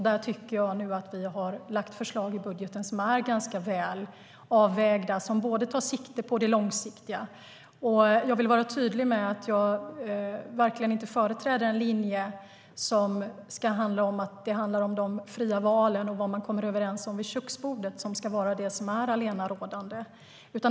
Där tycker jag att vi nu har lagt fram förslag i budgeten som är ganska väl avvägda och som tar sikte på det långsiktiga. Jag vill vara tydlig med att jag verkligen inte företräder linjen att det handlar om de fria valen och att det är vad man kommer överens om vid köksbordet som ska vara det allenarådande.